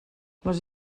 les